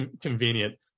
Convenient